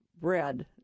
bread